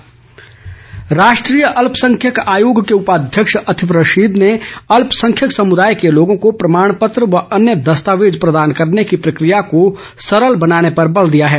अल्पसंख्यक आयोग राष्ट्रीय अल्पसंख्यक आयोग के उपाध्यक्ष अतिफ रशीद ने अलपसंख्यक समुदाय के लोगों को प्रमाण पत्र व अन्य दस्तावेज प्रदान करने की प्रक्रिया को सरल बनाने पर बल दिया है